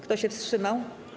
Kto się wstrzymał?